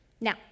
Now